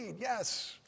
yes